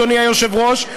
אדוני היושב-ראש,